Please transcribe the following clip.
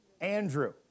Andrew